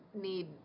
need